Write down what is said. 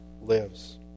lives